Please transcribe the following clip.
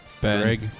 Greg